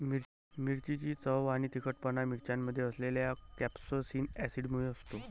मिरचीची चव आणि तिखटपणा मिरच्यांमध्ये असलेल्या कॅप्सेसिन ऍसिडमुळे असतो